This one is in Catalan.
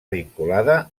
vinculada